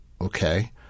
Okay